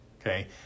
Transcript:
okay